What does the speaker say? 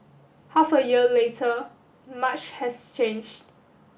half a year later much has change